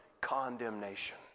condemnation